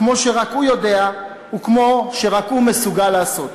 כמו שרק הוא יודע וכמו שרק הוא מסוגל לעשות.